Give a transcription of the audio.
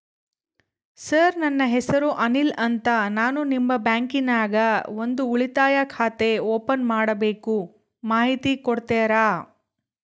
Sir ನನ್ನ ಹೆಸರು ಅನಿಲ್ ಅಂತ ನಾನು ನಿಮ್ಮ ಬ್ಯಾಂಕಿನ್ಯಾಗ ಒಂದು ಉಳಿತಾಯ ಖಾತೆ ಓಪನ್ ಮಾಡಬೇಕು ಮಾಹಿತಿ ಕೊಡ್ತೇರಾ?